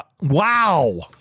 Wow